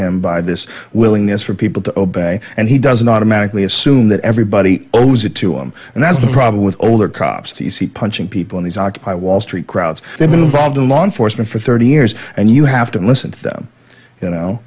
him by this willingness for people to obey and he doesn't automatically assume that everybody owns it to him and that's the problem with older cops punching people in these occupy wall street crowds they've been involved in law enforcement for thirty years and you have to listen to them you know